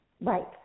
Right